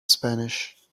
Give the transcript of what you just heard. spanish